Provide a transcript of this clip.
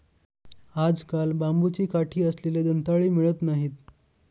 आजकाल बांबूची काठी असलेले दंताळे मिळत नाहीत